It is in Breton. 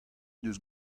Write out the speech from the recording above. deus